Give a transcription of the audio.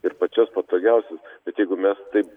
ir pačias patogiausias bet jeigu mes taip